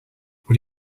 what